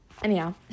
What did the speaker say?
anyhow